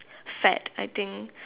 fad I think